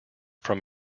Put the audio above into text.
from